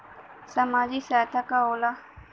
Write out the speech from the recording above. सामाजिक सहायता का होला?